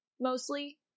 mostly